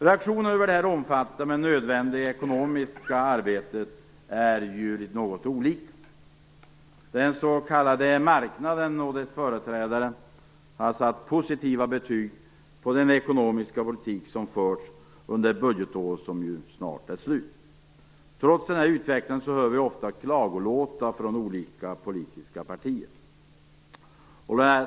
Reaktionerna över det här omfattande men nödvändiga ekonomiska samarbetet är olika. Den s.k. marknaden och dess företrädare har satt positiva betyg på den ekonomiska politik som förts under det budgetår som snart är slut. Trots denna utveckling hör vi ofta klagolåtar från olika politiska partier.